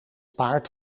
paard